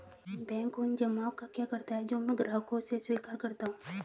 Bank उन जमाव का क्या करता है जो मैं ग्राहकों से स्वीकार करता हूँ?